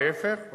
להיפך,